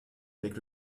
avec